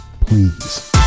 Please